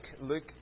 Luke